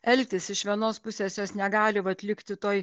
elgtis iš vienos pusės jos negali vat likti toj